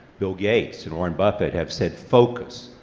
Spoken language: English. bill gates and warren buffett have said focus.